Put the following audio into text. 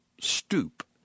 stoop